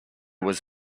was